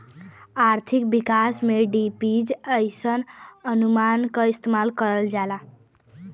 आर्थिक विकास में जी.डी.पी जइसन अनुमान क इस्तेमाल करल जाला